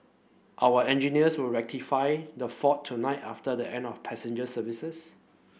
our engineers will rectify the fault tonight after the end of passenger services